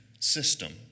system